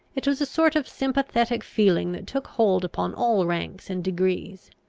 it was a sort of sympathetic feeling that took hold upon all ranks and degrees.